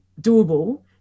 doable